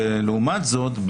ולעומת זאת,